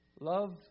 love